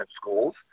schools